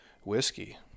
whiskey